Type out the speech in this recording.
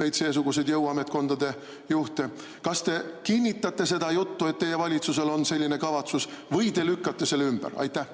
teisi seesuguseid jõuametkondade juhte. Kas te kinnitate seda juttu, et teie valitsusel on selline kavatsus, või te lükkate selle ümber? Aitäh,